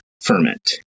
ferment